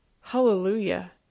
Hallelujah